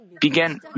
began